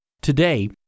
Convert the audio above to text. Today